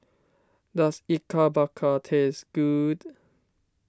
does Ikan Bakar taste good